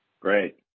Great